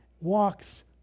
walks